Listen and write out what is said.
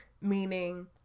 meaning